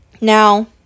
Now